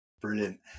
Brilliant